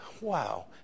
wow